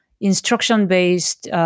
instruction-based